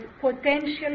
potential